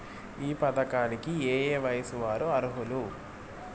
ఈ పథకానికి ఏయే వయస్సు వారు అర్హులు?